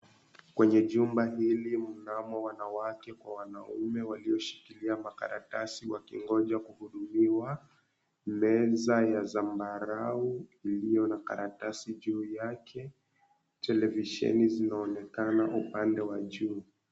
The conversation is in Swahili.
Kwenye jumba hili mnamo wanawake kwa wanaume walioshikilia makaratasi wakingoja kuhudhumiwa. Meza ya zambarau iliyo na karatasi juu yake, televisheni zinaonekana upande wa juu.